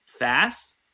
fast